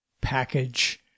package